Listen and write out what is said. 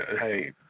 Hey